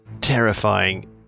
terrifying